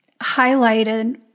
highlighted